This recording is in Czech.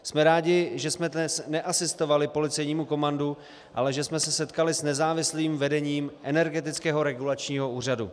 Jsme rádi, že jsme dnes neasistovali policejnímu komandu, ale že jsme se setkali s nezávislým vedením Energetického regulačního úřadu.